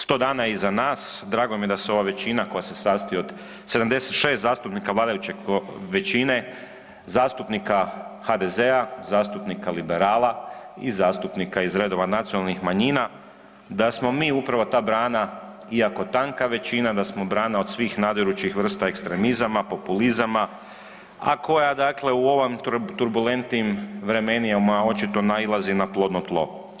100 dana je iza nas, drago mi je da se ova većina koja se sastoji od 76 zastupnika vladajuće većine, zastupnika HDZ-a, zastupnika liberala i zastupnika iz redova nacionalnih manjina da smo mi upravo ta brana, iako tanka većina da smo brana od svih nadirućih vrsta ekstremizama, populizama, a koja u ovim turbulentnim vremenima očito nailazi na plodno tlo.